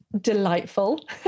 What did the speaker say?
delightful